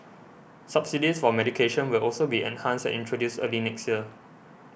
subsidies for medication will also be enhanced and introduced early next year